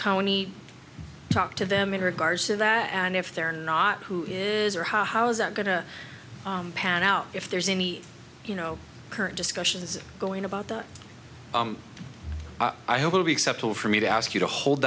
county talked to them in regards to that and if they're not who is or how is that going to pan out if there's any you know current discussions going about that i hope will be acceptable for me to ask you to hold